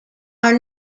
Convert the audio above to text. are